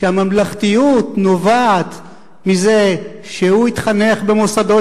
שהממלכתיות נובעת מזה שהוא התחנך במוסדות